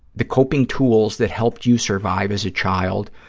the coping tools that helped you survive as a child,